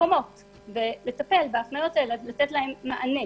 מקומות ולטפל בהפניות האלה ולתת להן מענה.